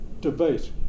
debate